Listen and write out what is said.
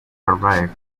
arrived